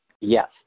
Yes